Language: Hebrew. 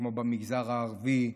כמו במגזר הערבי,